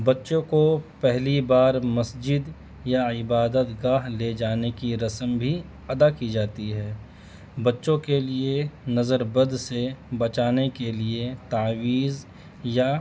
بچوں کو پہلی بار مسجد یا عبادت گاہ لے جانے کی رسم بھی ادا کی جاتی ہے بچوں کے لیے نظر بد سے بچانے کے لیے تاویز یا